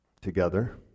together